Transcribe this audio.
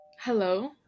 Hello